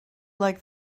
like